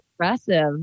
impressive